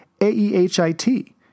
A-E-H-I-T